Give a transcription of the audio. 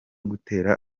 gutera